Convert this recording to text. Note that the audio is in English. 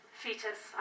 fetus